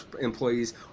employees